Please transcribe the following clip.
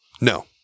No